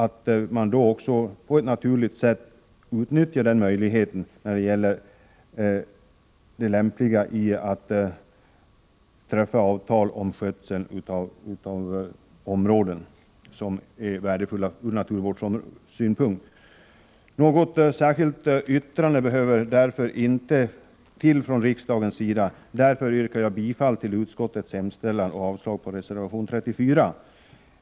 Vi anser också att de på ett naturligt sätt utnyttjar den möjligheten att träffa skötselavtal beträffande områden som är värdefulla ur naturvårdssynpunkt. Något särskilt uttalande från riksdagen behövs inte, och jag yrkar därför bifall till utskottets hemställan, vilket innebär avslag på reservation 34.